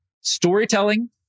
storytelling